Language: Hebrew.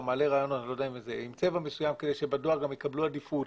מעלה רעיון כדי שבדואר יקבלו עדיפות,